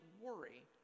worry